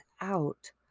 out